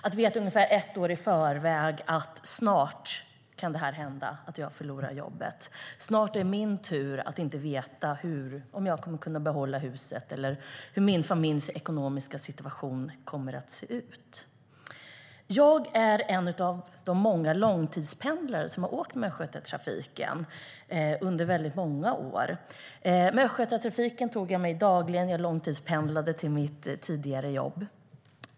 De vet ungefär ett år i förväg att de snart kan förlora jobbet och att det snart är deras tur att inte veta om de kommer att kunna behålla huset eller hur familjens ekonomiska situation kommer att se ut. Jag är en av många långtidspendlare som har åkt med Östgötatrafiken under väldigt många år. Med Östgötatrafiken tog jag mig dagligen till mitt tidigare jobb.